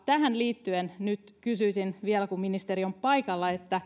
tähän liittyen nyt kysyisin vielä kun ministeri on paikalla